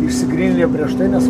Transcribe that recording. išsigryninę jau prieš tai nes